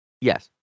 Yes